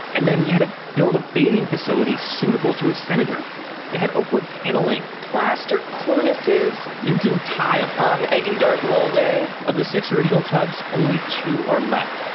and then you had to ah build a bathing facility suitable to a senator. it had oak wood paneling plaster cornices minton tile um egg and dart molding of the six original tubs, only two are left.